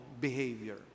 behavior